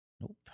Nope